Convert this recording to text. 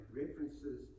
references